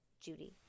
Judy